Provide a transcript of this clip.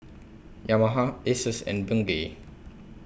Yamaha Asus and Bengay